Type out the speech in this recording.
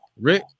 Rick